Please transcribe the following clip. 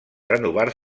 renovar